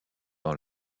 dans